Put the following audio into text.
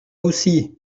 aussi